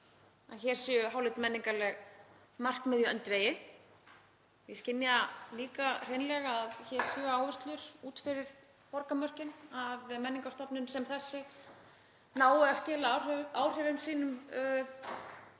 hér séu háleit menningarleg markmið í öndvegi. Ég skynja líka hreinlega að hér séu áherslur út fyrir borgarmörkin, að menningarstofnun sem þessi nái að skila áhrifum sínum